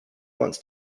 wants